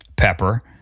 Pepper